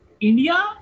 India